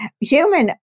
Human